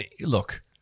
look